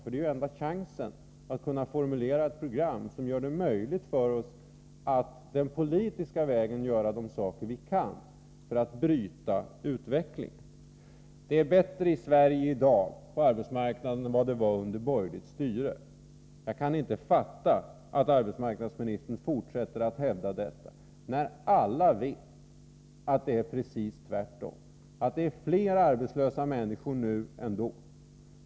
Det är ju enda chansen att formulera ett program som gör det möjligt för oss att den politiska vägen göra vad vi kan för att bryta utvecklingen. Arbetsmarknadsministern säger att det är bättre på arbetsmarknaden i Sverige i dag än vad det var under borgerligt styre. Jag kan inte fatta att arbetsmarknadsministern fortsätter att hävda detta, när alla vet att det är precis tvärtom, att flera människor är arbetslösa nu än då.